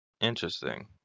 Interesting